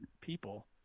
people